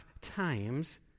times